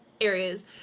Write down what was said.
areas